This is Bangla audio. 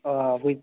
ও